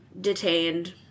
detained